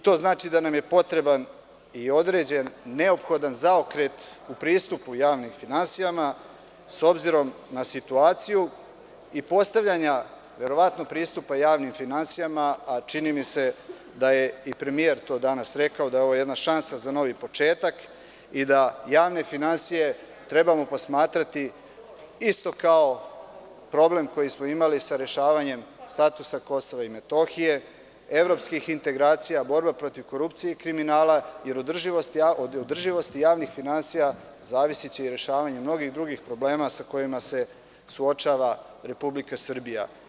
To znači da nam je potreban i određen neophodan zaokret u pristupu javnim finansijama s obzirom na situaciju i postavljanja verovatno pristupa javnim finansijama, a čini mi se da je i premijer danas to rekao, da je ovo jedna šansa za novi početak i da javne finansije trebamo posmatrati isto kao problem koji smo imali sa rešavanjem statusa Kosova i Metohije, evropskih integracija, borba protiv korupcije i kriminala, jer od održivosti javnih finansija zavisiće i rešavanje mnogih drugih problema sa kojima se suočava Republika Srbija.